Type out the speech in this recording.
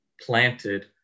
planted